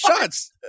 shots